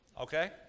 okay